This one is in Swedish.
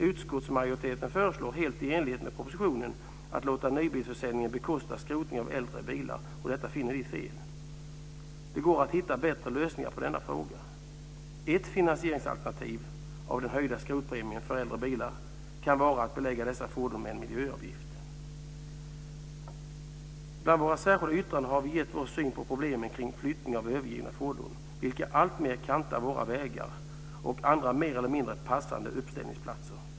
Utskottsmajoriteten föreslår, helt i enlighet med propositionen, att man ska låta nybilsförsäljningen bekosta skrotningen av äldre bilar. Detta finner vi är fel. Det går att hitta bättre lösningar på denna fråga. Ett finansieringsalternativ till den höjda skrotpremien för äldre bilar kan vara att belägga dessa fordon med en miljöavgift. I ett av våra särskilda yttranden har vi gett vår syn på problemen med flyttning av övergivna fordon, vilka alltmer kantar våra vägar och andra mer eller mindre passande uppställningsplatser.